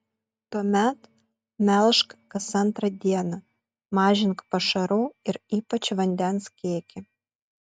tuomet melžk kas antrą dieną mažink pašarų ir ypač vandens kiekį